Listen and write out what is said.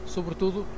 Sobretudo